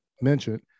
mentioned